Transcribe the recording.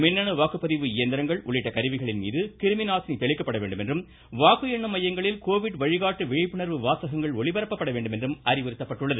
மின்னணு வாக்குப்பதிவு இயந்திரங்கள் உள்ளிட்ட கருவிகளின் மீது கிருமி நாசினி தெளிக்கப்பட வேண்டும் என்றும் வாக்கு எண்ணும் மையங்களில் கோவிட் வழிகாட்டு விழிப்புணர்வு வாசகங்கள் ஒளிபரப்பப்பட வேண்டும் அறிவுறுத்தப்பட்டுள்ளது